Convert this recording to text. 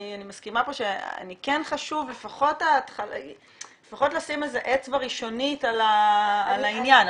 מסכימה שכן חשוב לשים אצבע ראשונית על העניין.